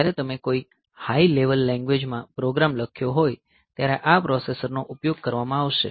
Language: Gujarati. જ્યારે તમે કોઈ હાઈ લેવલ લેન્ગવેજ માં પ્રોગ્રામ લખ્યો હોય ત્યારે આ પ્રોસેસરનો ઉપયોગ કરવામાં આવશે